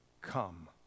come